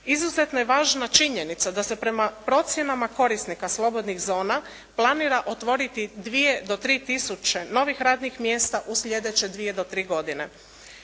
Izuzetno je važna činjenica da se prema procjenama korisnika slobodnih zona planira otvoriti dvije do tri tisuće novih radnih mjesta u slijedeće dvije do tri godine.